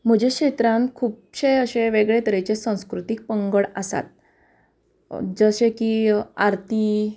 म्हजे क्षेत्रान खुबशे अशें वेगळे तरेचे संस्कृतीक पंगड आसात जशे की आरती